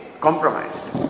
compromised